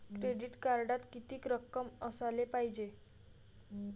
Credit कार्डात कितीक रक्कम असाले पायजे?